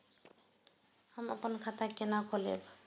हम अपन खाता केना खोलैब?